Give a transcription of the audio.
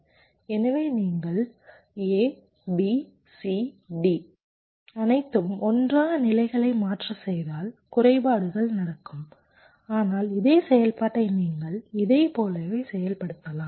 எனவே நீங்கள் A B C D அனைத்தும் ஒன்றாக நிலைகளை மாற்ற செய்தால் குறைபாடுகள் நடக்கும் ஆனால் இதே செயல்பாட்டை நீங்கள் இதைப் போலவே செயல்படுத்தலாம்